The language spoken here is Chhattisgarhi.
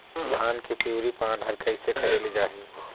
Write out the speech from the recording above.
धान के पिवरी पान हर कइसे करेले जाही?